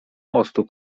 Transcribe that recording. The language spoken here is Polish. mostu